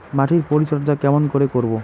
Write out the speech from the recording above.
মাটির পরিচর্যা কেমন করে করব?